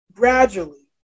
Gradually